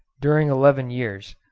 during eleven years,